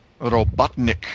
Robotnik